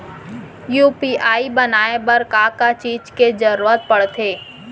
UPI बनाए बर का का चीज के जरवत पड़थे?